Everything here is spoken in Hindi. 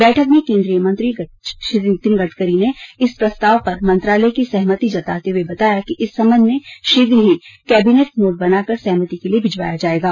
बैठक में केंद्रीय मंत्री गडकरी ने इस प्रस्ताव पर मंत्रालय की सहमति जताते हुए बताया कि इस संबंध में शीघ्र ही केबिनेट नोट बना कर सहमति के लिए भिजवाया जायेगा